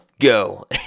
Go